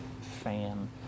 fan